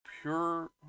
Pure